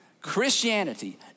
Christianity